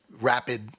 rapid